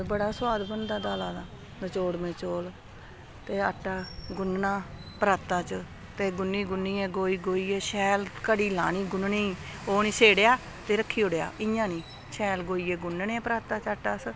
ते बड़ा सोआद बनदा दाला दा नचोड़में चौल ते आटा गुन्नना पराता च ते गुन्नी गुन्नियै गोही गोइयै शैल घड़ी लानी गुन्नने गी ओह् निं सेड़ेआ ते रक्खी ओड़ेआ इ'यां निं शैल गोइयै गुन्नने पराता च आटा अस